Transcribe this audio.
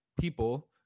people